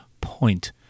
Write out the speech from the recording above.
point